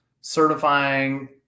certifying